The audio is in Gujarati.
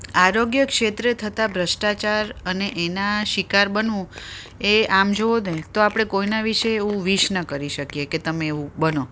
આરોગ્ય ક્ષેત્રે થતા ભ્રષ્ટાચાર અને એના શિકાર બનવું એ આમ જોવોને તો આપણે કોઈના વિશે એવું વીશ ના કરી શકીએ કે તમે એવું બનો